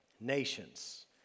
Nations